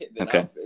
okay